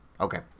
Okay